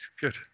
good